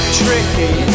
tricky